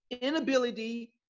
inability